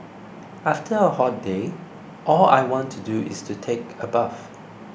after a hot day all I want to do is to take a bath